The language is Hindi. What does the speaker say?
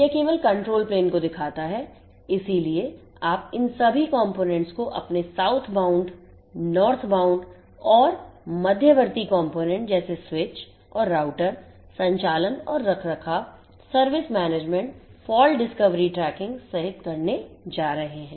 यह केवल control प्लेन को दिखाता है इसलिए आप इन सभी components को अपने South bound और मध्यवर्ती components जैसे स्विच और राउटर संचालन और रखरखाव service management fault discovery tracking सहित करने जा रहे हैं